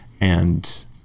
And-